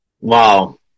Wow